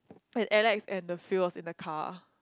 when Alex and the few was in the car